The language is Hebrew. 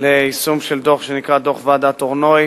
ליישום של דוח שנקרא דוח ועדת-הרנוי.